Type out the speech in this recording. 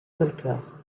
folklore